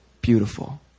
Beautiful